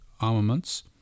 armaments